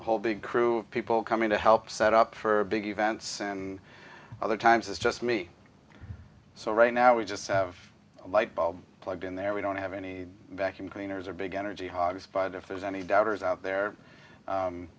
a whole big crew of people coming to help set up for big events and other times it's just me so right now we just have a light bulb plugged in there we don't have any vacuum cleaners or big energy hog spied if there's any doubters out there